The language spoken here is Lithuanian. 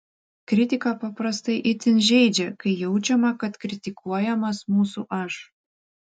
kritika paprastai itin žeidžia kai jaučiama kad kritikuojamas mūsų aš